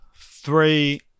three